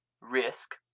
risk